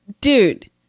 Dude